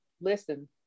listen